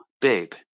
babe